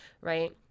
right